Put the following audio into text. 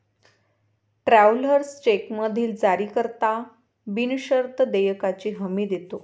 travellers चेकमधील जारीकर्ता बिनशर्त देयकाची हमी देतो